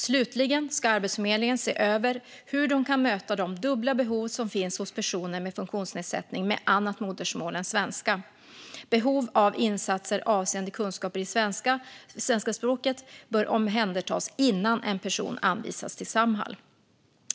Slutligen ska Arbetsförmedlingen se över hur man kan möta de dubbla behov som finns hos personer med funktionsnedsättning med annat modersmål än svenska. Behov av insatser avseende kunskaper i svenska språket bör omhändertas innan en person anvisas till Samhall.